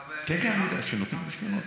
כן, אני יודע שנותנים רישיונות.